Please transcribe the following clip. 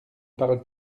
parle